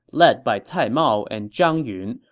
led by cai mao and zhang yun,